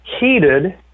heated